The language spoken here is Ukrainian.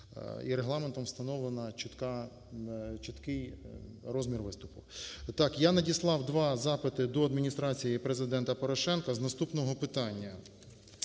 Регламентом встановлено чіткий розмір виступу. Так, я надіслав два запити до Адміністрації Президента Порошенка з наступного питання.